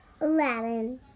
Aladdin